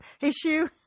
issue